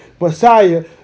Messiah